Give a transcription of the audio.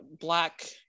Black